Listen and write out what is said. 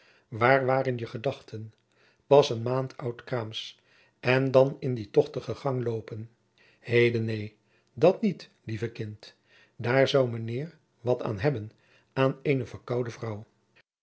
waar waren je gedachten pas een maand oud kraams en dan in die tochtige gang loopen heden neen dat niet jacob van lennep de pleegzoon lieve kind daar zoû mijnheer wat aan hebben aan eene verkoude vrouw